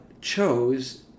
chose